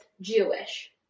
Jewish